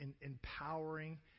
empowering